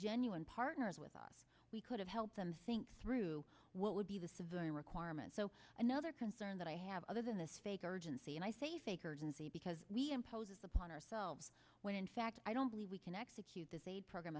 genuine partners with us we could have helped them think through what would be the civilian requirement so another concern that i have other than this vague urgency and i say fake urgency because we impose upon ourselves when in fact i don't believe we can execute this program